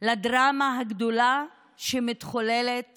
לדרמה הגדולה שמתחוללת